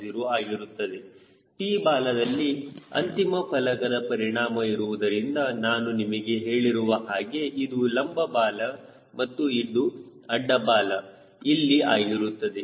0 ಆಗಿರುತ್ತದೆ T ಬಾಲದಲ್ಲಿ ಅಂತಿಮ ಫಲಕದ ಪರಿಣಾಮ ಇರುವುದರಿಂದ ನಾನು ನಿಮಗೆ ಹೇಳಿರುವ ಹಾಗೆ ಇದು ಲಂಬ ಬಾಲ ಮತ್ತು ಇದು ಅಡ್ಡ ಬಾಲ ಇಲ್ಲಿ ಆಗಿರುತ್ತದೆ